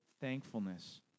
thankfulness